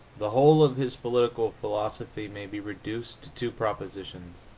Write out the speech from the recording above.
the whole of his political philosophy may be reduced to two propositions,